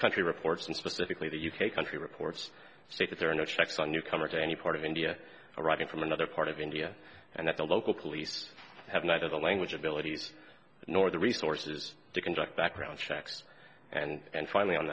country reports and specifically the u k country reports state that there are no checks on newcomer to any part of india arriving from another part of india and that the local police have neither the language abilities nor the resources to conduct background checks and finally on